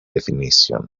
definition